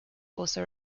also